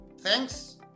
thanks